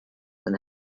and